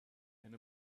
and